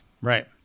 Right